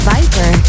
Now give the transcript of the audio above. Viper